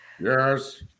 Yes